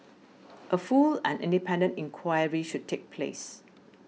a full and independent inquiry should take place